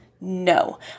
No